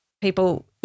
People –